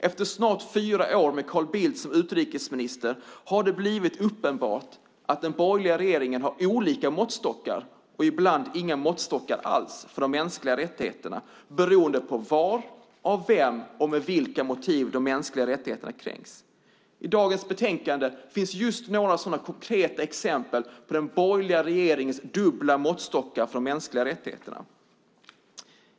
Efter snart fyra år med Carl Bildt som utrikesminister har det blivit uppenbart att den borgerliga regeringen har olika måttstockar och ibland inga måttstockar alls för de mänskliga rättigheterna beroende på var, av vem och med vilka motiv de kränks. I dagens betänkande finns just några sådana konkreta exempel på den borgerliga regeringens dubbla måttstockar för de mänskliga rättigheterna.